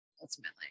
ultimately